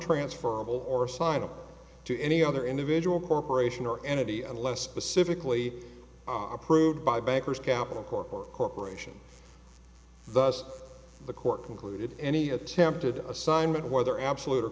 nontransferable or signed up to any other individual corporation or entity unless specifically are approved by bankers capital corp or corporation thus the court concluded any attempted assignment whether absolute or